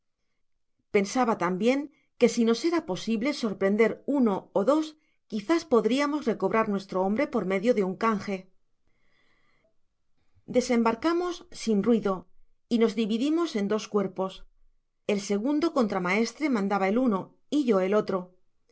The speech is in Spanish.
pensaba tambian que si nos era posible sorprender uso ó dos quizás podriamos recobrar nuestro hombre por medio de un cange content from google book search generated at desembarcamos sin ruido y nos dividimos en dos cuerpos el segundo contramaestre mandaba el uno y yo el otro